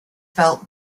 felt